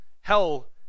hell